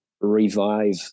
revive